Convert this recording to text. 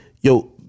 Yo